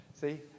See